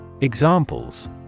Examples